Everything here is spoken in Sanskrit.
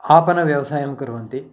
आपणव्यवसायं कुर्वन्ति